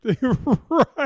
right